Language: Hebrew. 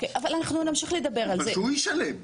אז שהוא ישלם.